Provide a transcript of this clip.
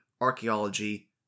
archaeology